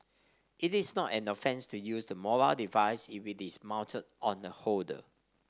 it is not an offence to use the mobile device if it is mounted on a holder